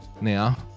now